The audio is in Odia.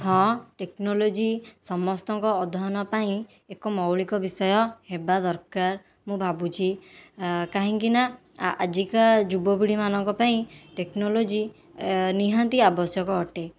ହଁ ଟେକ୍ନୋଲୋଜି ସମସ୍ତଙ୍କ ଅଧ୍ୟୟନ ପାଇଁ ଏକ ମୌଳିକ ବିଷୟ ହେବା ଦରକାର ମୁଁ ଭାବୁଛି କାହିଁକି ନା ଆଜିର ଯୁବପିଢ଼ୀମାନଙ୍କ ପାଇଁ ଟେକ୍ନୋଲୋଜି ନିହାତି ଆବଶ୍ୟକ ଅଟେ